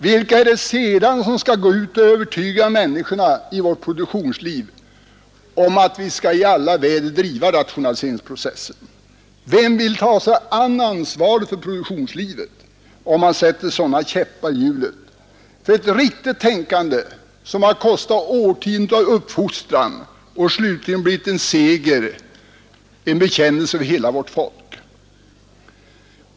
Vilka är det som sedan skall gå ut och övertyga människorna i vårt produktionsliv om att vi i alla väder skall driva rationaliseringsprocessen? Vem vill ta sig an ansvaret för produktionslivet, om man sätter sådana käppar i hjulet för ett riktigt tänkande, som har kostat årtionden av uppfostran och slutligen blivit en seger, en bekännelse för hela vårt folk?